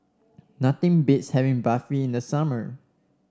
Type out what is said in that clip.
nothing beats having Barfi in the summer